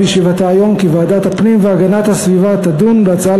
בישיבתה היום כי ועדת הפנים והגנת הסביבה תדון בהצעה